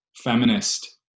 feminist